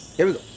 here we go.